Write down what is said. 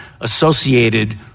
associated